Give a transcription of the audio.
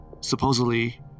supposedly